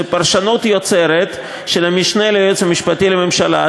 זה פרשנות יוצרת של המשנה ליועץ המשפטי לממשלה.